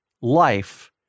life